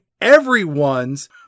everyone's